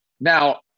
now